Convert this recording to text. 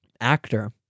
actor